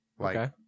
Okay